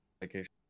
Vacation